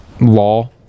law